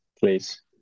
please